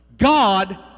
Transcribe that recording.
God